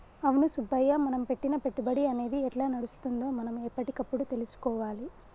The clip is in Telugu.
అవును సుబ్బయ్య మనం పెట్టిన పెట్టుబడి అనేది ఎట్లా నడుస్తుందో మనం ఎప్పటికప్పుడు తెలుసుకోవాలి